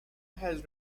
has